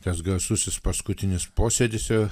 tas garsusis paskutinis posėdis jo